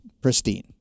pristine